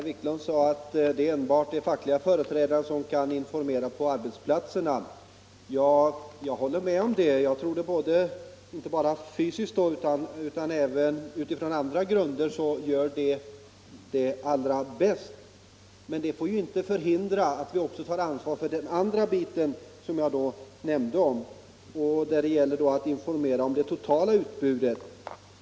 Herr talman! Herr Wiklund sade att de fackliga företrädarna kan informera bäst på arbetsplatserna, och jag håller med om det. Jag tror att de inte bara fysiskt utan även utifrån andra grunder informerar allra bäst. Men detta får ju inte hindra att vi också tar ansvar för den andra bit som jag här nämnde, och där det gäller att informera om det totala — Nr 83 utbudet.